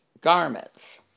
garments